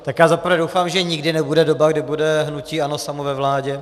Tak já za prvé doufám, že nikdy nebude doba, kdy bude hnutí ANO samo ve vládě.